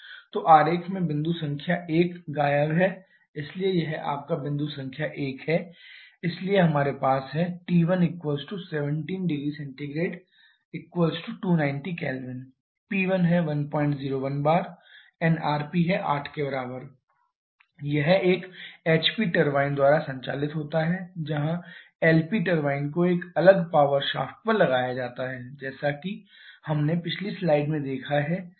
तो आरेख में बिंदु संख्या 1 गायब है इसलिए यह आपका बिंदु संख्या 1 है इसलिए हमारे पास है T117℃290 K P1101bar rp8 यह एक HP टरबाइन द्वारा संचालित होता है जहां LP टरबाइन को एक अलग पावर शाफ्ट पर लगाया जाता है जैसा कि हमने पिछली स्लाइड में देखा है